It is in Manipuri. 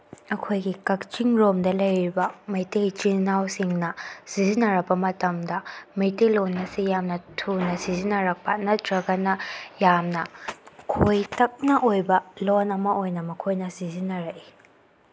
ꯑꯩꯈꯣꯏꯒꯤ ꯀꯛꯆꯤꯡ ꯂꯣꯝꯗ ꯂꯩꯔꯤꯕ ꯃꯩꯇꯩ ꯏꯆꯤꯜ ꯏꯅꯥꯎꯁꯤꯡꯅ ꯁꯤꯖꯤꯟꯅꯔꯛꯄ ꯃꯇꯝꯗ ꯃꯩꯇꯩ ꯂꯣꯜ ꯑꯁꯤ ꯌꯥꯝꯅ ꯊꯨꯅ ꯁꯤꯖꯤꯟꯅꯔꯛꯄ ꯅꯠꯇ꯭ꯔꯒꯅ ꯌꯥꯝꯅ ꯈꯣꯏꯇꯛꯅ ꯑꯣꯏꯕ ꯂꯣꯜ ꯑꯃ ꯑꯣꯏꯅ ꯃꯈꯣꯏꯅ ꯁꯤꯖꯤꯟꯅꯔꯛꯏ